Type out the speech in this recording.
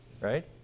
Right